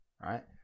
Right